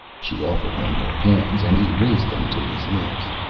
she offered him her hands and he raised them to his lips.